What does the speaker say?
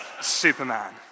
Superman